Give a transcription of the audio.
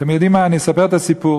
אתם יודעים מה, אני אספר את הסיפור: